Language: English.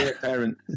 parent